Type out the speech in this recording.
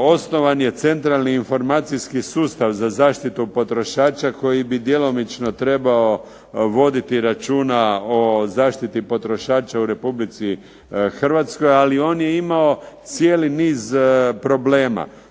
osnovan je centralni informacijski sustav za zaštitu potrošača koji bi djelomično trebao voditi računa o zaštiti potrošača u Republici Hrvatskoj, ali on je imao cijeli niz problema.